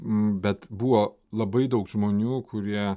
m bet buvo labai daug žmonių kurie